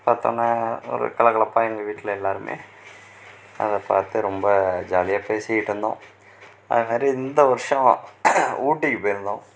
பார்த்தோம்னா ஒரு கலகலப்பாக எங்கள் வீட்டில் எல்லோருமே அதை பார்த்து ரொம்ப ஜாலியாக பேசிகிட்டுருந்தோம் அதுமாதிரி இந்த வருடம் ஊட்டிக்கு போயிருந்தோம்